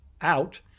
out